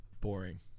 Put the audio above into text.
boring